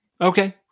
Okay